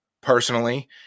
personally